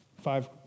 five